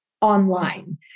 online